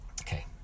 okay